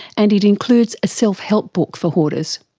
and it includes a self-help book for hoarders.